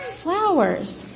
Flowers